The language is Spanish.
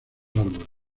árboles